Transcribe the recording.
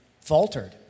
faltered